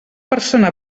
persona